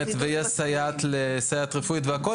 שבה בשביל להיות סייעת במערכת החינוך,